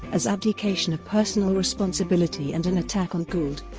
as abdication of personal responsibility and an attack on gould,